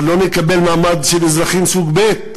אבל לא נקבל מעמד של אזרחים סוג ב'.